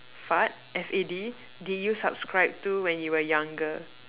fad F A D did you subscribe to when you were younger